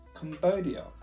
Cambodia